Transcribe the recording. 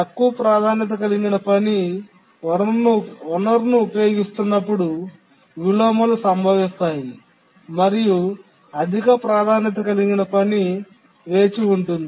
తక్కువ ప్రాధాన్యత కలిగిన పని వనరును ఉపయోగిస్తున్నప్పుడు విలోమాలు సంభవిస్తాయి మరియు అధిక ప్రాధాన్యత కలిగిన పని వేచి ఉంది